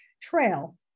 trail